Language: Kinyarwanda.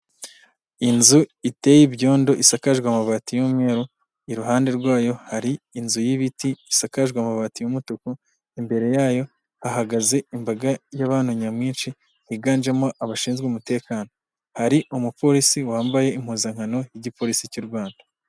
Inzu iteye ibyondo, isakajwe amabati y'umweru, iruhande rwayo hari inzu y'ibiti isakajwe amabati y'umutuku, imbere yayo hahagaze imbaga y'abantu nyamwinshi, higanjemo abashinzwe umutekano, hari umupolisi wambaye impuzankano y'igipolisi cy'u Rwanda.